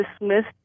dismissed